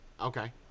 Okay